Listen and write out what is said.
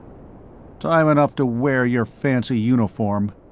time enough to wear your fancy uniform,